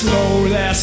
Slowly